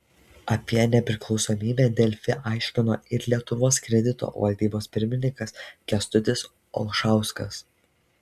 apie nepriklausomybę delfi aiškino ir lietuvos kredito valdybos pirmininkas kęstutis olšauskas